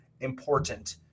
important